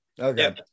Okay